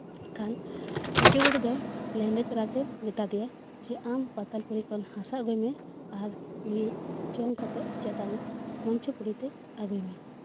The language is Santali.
ᱠᱷᱟᱱ ᱞᱤᱴᱟᱹ ᱜᱳᱰᱮᱛ ᱫᱚ ᱞᱮᱸᱰᱮᱛ ᱨᱟᱡᱮ ᱢᱮᱛᱟ ᱫᱮᱭᱟ ᱟᱢ ᱯᱟᱛᱟᱞᱯᱩᱨᱤ ᱠᱷᱚᱱ ᱦᱟᱥᱟ ᱟᱹᱜᱩᱭᱢᱮ ᱟᱨ ᱱᱤᱭᱟᱹ ᱡᱚᱢ ᱠᱟᱛᱮᱜ ᱪᱮᱛᱟᱱ ᱢᱚᱧᱪᱚᱯᱩᱨᱤᱛᱮ ᱟᱹᱜᱩᱭ ᱢᱮ